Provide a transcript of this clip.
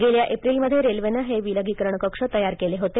गेल्या एप्रिल मध्ये रेल्वेने हे विलगीकरण कक्ष तयार केले होते